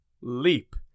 leap